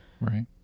Right